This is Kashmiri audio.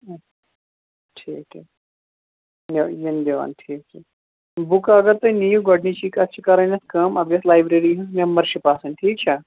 آ ٹھیٖک ٹھیٖک یہِ یِم دِوان ٹھیٖک ٹھیٖک بُک اَگر تُہۍ نِیِو گۅڈنِچی کتھ چھِ کَرٕنۍ اتھ کٲم اَتھ گژھِ لایبریری ہٕنٛز میٚمبر شِپ آسٕنۍ ٹھیٖک چھا